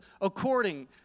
According